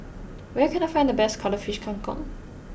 where can I find the best Cuttlefish Kang Kong